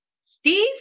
steve